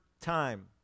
time